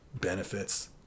Benefits